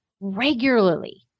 regularly